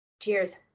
Cheers